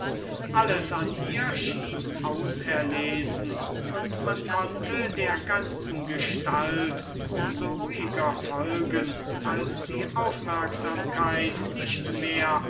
alles an ihr schien auserlesen und man konnte der ganzen gestalt um so ruhiger folgen als die aufmerksamkeit nicht mehr